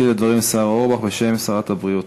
ישיב על הדברים השר אורבך, בשם שרת הבריאות.